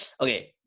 Okay